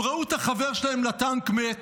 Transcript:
הם ראו את החבר שלהם לטנק מת.